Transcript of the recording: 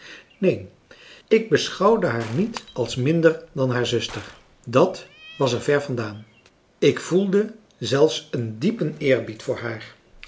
neen ik beschouwde haar niet als minder dan haar zuster dat was er ver vandaan ik voedde zelfs een diepen eerbied voor haar